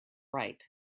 right